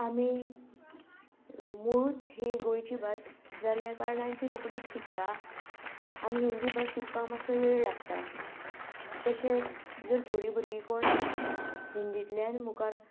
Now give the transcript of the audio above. आमी मुळूच ही गोंयची भास जाल्या कारणान ती रोकडीच शिकता आनी हिंदी भास शिकपाक मातसो वेळ लागता तशेंच जर थोडी भुरगीं जर कोण हिंदींतल्यान मुखार